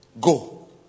Go